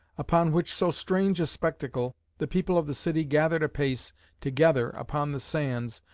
upon which so strange a spectacle, the people of the city gathered apace together upon the sands,